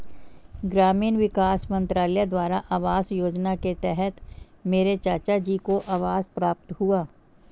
ग्रामीण विकास मंत्रालय द्वारा आवास योजना के तहत मेरे चाचाजी को आवास प्राप्त हुआ